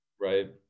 Right